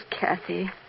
Kathy